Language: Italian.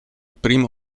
primo